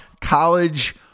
college